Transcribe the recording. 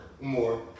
more